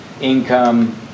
income